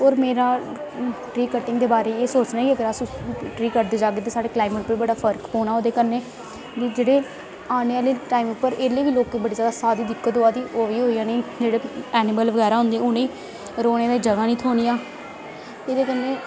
उंदी समझ काफी जादा औंदी एजूकेशन मेरा सब्जेक्ट बड़ा अच्छा ऐ बाकी सब्जेक्ट दी बी समझ औंदी पर इन्नी जादा निं औंदी जिन्नी एजूकेशन दी